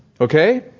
Okay